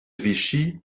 vichy